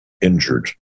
injured